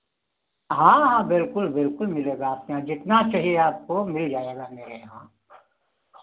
हाँ हाँ बिलकुल बिलकुल मिलेगा आपके यहाँ जितना चाहिए आपको मिल जाएगा मेरे यहाँ